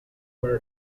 where